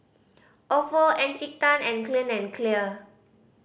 Ofo Encik Tan and Clean and Clear